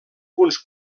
punts